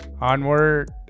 onward